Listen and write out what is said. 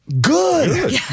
Good